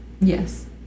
Yes